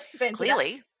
Clearly